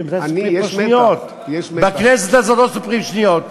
ממתי אני סופר שניות?